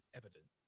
evident